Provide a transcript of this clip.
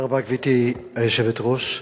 גברתי היושבת-ראש,